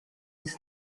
his